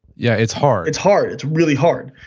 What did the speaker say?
yeah, it's hard it's hard, it's really hard.